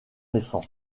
récent